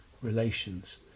relations